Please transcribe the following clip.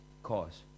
Cause